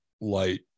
light